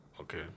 Okay